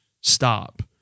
Stop